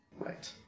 Right